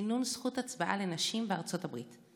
לכינון זכות הצבעה לנשים בארצות הברית.